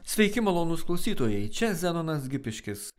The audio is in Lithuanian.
sveiki malonūs klausytojai čia zenonas gipiškis